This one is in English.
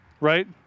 right